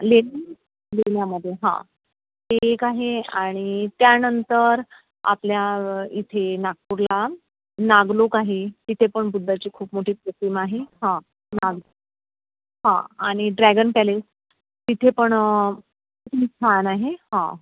लेणी लेण्यामध्ये हां ते एक आहे आणि त्यानंतर आपल्या इथे नागपूरला नागलोक आहे तिथे पण बुद्धाची खूप मोठी प्रतिमा आहे हां नाग हां आणि ड्रॅगन पॅलेस तिथे पण छान आहे हा